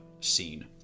scene